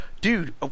dude